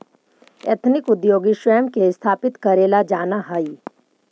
ethnic उद्योगी स्वयं के स्थापित करेला जानऽ हई